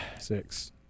Six